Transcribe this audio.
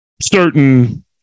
certain